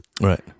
Right